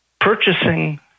purchasing